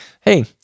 hey